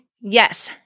yes